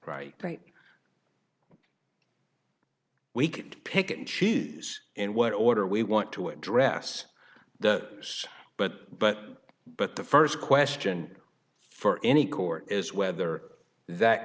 right right we could pick and choose in what order we want to address the us but but but the first question for any court is whether that